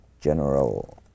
general